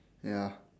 ya